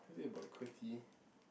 was it about qwerty